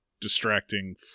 distracting